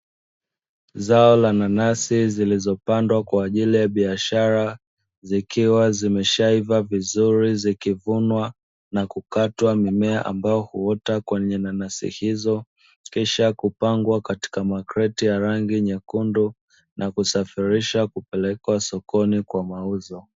Zao la nanasi zilizopandwa kwa ajili ya biashara zikiwa zimeshaiva vizuri, zikivunwa na kukatwa mimea ambayo huota kwenye nanasi hizo, kisha kupangwa katika makreti ya rangi nyekundu na kusafirisha kupelekwa sokoni kwa mauzo.